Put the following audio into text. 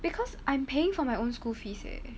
because I'm paying for my own school fees eh